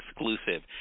exclusive